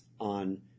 on